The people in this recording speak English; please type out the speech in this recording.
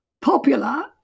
popular